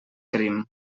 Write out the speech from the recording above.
crim